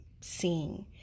seeing